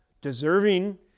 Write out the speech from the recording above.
deserving